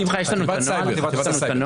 חטיבת הסייבר.